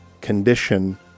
condition